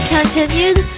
Continued